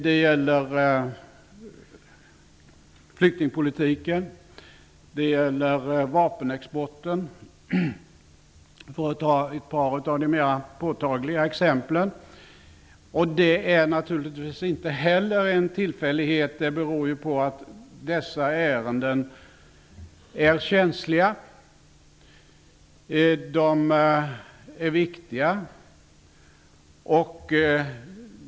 Det gäller flyktingpolitiken, vapenexporten -- för att ta ett par av de mer påtgaliga exemplen. Det är naturligtvis inte heller en tillfällighet. Det beror på att dessa ärenden är känsliga. De är viktiga.